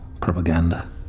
propaganda